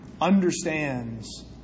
understands